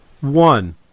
One